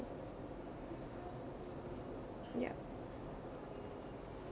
ya